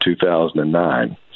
2009